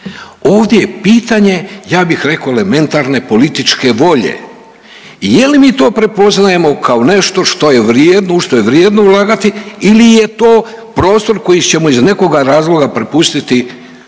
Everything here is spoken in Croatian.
Ovdje je pitanje ja bih rekao elementarne političke volje i je li mi to prepoznajemo kao nešto što je vrijedno, u što je vrijedno ulagati ili je to prostor koji ćemo iz nekoga razloga prepustiti svojoj,